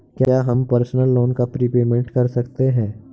क्या हम personal loan का प्रीपेमेंट कर सकते हैं?